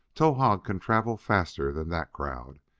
towahg can travel faster than that crowd.